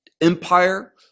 empire